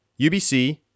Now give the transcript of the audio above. UBC